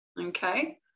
Okay